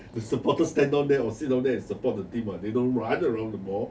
the supporters stand down there or sit down there and support the team what they don't run around the ball